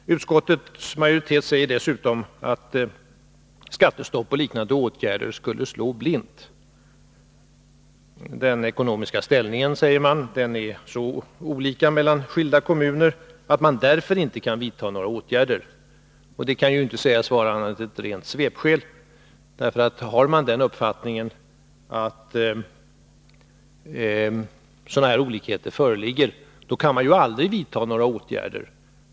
Utskottets majoritet säger dessutom att skattestopp och liknande åtgärder skulle slå blint. Den ekonomiska ställningen är, säger man, så olika i skilda kommuner att man därför inte kan vidta några åtgärder. Detta kan ju inte sägas vara någonting annat än ett rent svepskäl. Har man den uppfattningen att sådana här olikheter föreligger, kan man ju aldrig vidta några åtgärder.